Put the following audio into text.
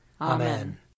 Amen